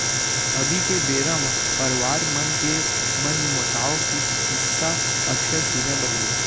अभी के बेरा म परवार मन के मनमोटाव के किस्सा अक्सर सुने बर मिलथे